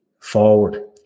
forward